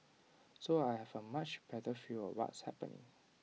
so I have A much better feel of what's happening